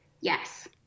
Yes